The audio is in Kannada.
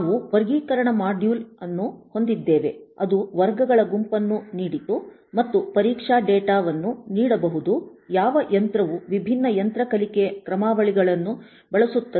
ನಾವು ವರ್ಗೀಕರಣ ಮಾಡ್ಯುಲ್ಅನ್ನು ಹೊಂದಿದ್ದೇವೆ ಅದು ವರ್ಗಗಳ ಗುಂಪನ್ನು ನೀಡಿತು ಮತ್ತು ಪರೀಕ್ಷಾ ಡೇಟಾ ವನ್ನು ನೀಡಬಹುದು ಯಾವ ಯಂತ್ರವು ವಿಭಿನ್ನ ಯಂತ್ರ ಕಲಿಕೆ ಕ್ರಮಾವಳಿಗಳನ್ನು ಬಳಸುತ್ತದೆ